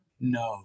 No